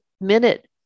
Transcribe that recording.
minute